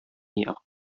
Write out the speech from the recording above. year